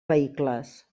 vehicles